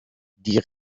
die